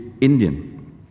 Indian